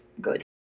good